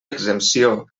exempció